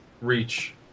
reach